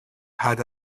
had